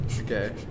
okay